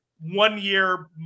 one-year